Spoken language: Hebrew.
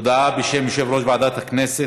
הודעה בשם יושב-ראש ועדת הכנסת.